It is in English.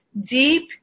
deep